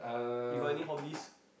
you got any hobbies